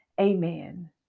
Amen